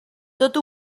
tot